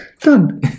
done